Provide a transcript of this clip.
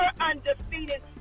undefeated